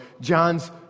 John's